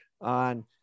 on